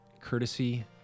courtesy